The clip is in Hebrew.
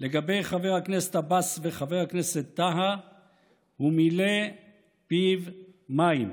לגבי חבר הכנסת עבאס וחבר הכנסת טאהא הוא מילא פיו מים.